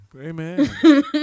Amen